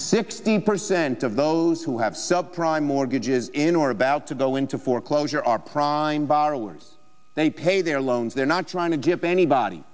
sixteen percent of those who have sub prime mortgages in or about to go into foreclosure are prime borrowers they pay their loans they're not trying to get anybody